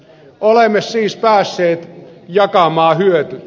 olemme siis päässeet jakamaan hyötyjä